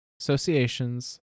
Associations